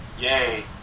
yay